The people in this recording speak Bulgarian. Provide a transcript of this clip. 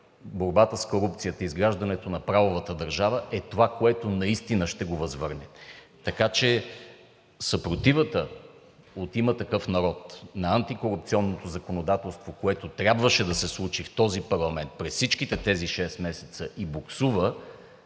борбата с корупцията и изграждането на правовата държава е това, което наистина ще го възвърне. Така че съпротивата от „Има такъв народ“ на антикорупционното законодателство, което трябваше да се случи в този парламент през всичките тези шест месеца и буксува,